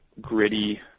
gritty